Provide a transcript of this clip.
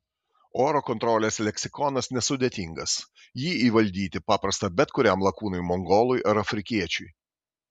oro kontrolės leksikonas nesudėtingas jį įvaldyti paprasta bet kuriam lakūnui mongolui ar afrikiečiui